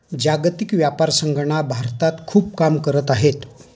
जागतिक व्यापार संघटना भारतात खूप काम करत आहे